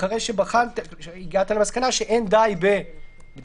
אחרי שהגעת למסקנה שאין די בבדיקה,